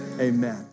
amen